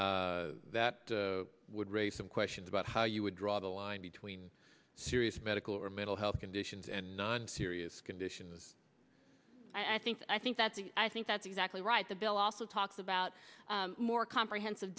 that would raise some questions about how you would draw the line between serious medical or mental health conditions and non serious condition i think i think that the i think that's exactly right the bill also talks about more comprehensive